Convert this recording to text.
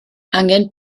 angen